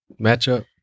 matchup